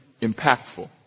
impactful